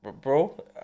Bro